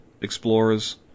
Explorers